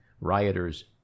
rioters